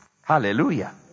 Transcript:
Hallelujah